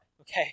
Okay